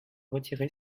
retiré